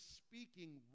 speaking